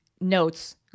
notes